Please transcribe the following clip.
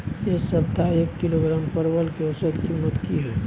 ऐ सप्ताह एक किलोग्राम परवल के औसत कीमत कि हय?